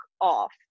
off